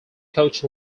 coach